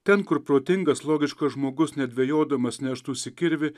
ten kur protingas logiškas žmogus nedvejodamas neštųsi kirvį